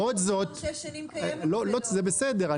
אנחנו